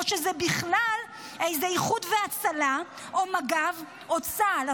או שזה בכלל איזה איחוד והצלה או מג"ב או צה"ל,